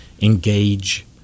engage